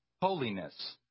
holiness